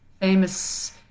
famous